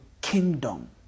kingdom